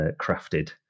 crafted